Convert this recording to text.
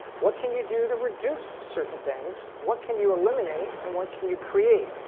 what can you do to reduce certain things? what can you eliminate? and what can you create?